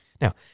Now